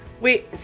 Wait